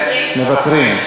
, נתקבל.